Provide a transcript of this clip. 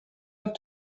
have